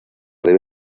debe